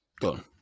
Done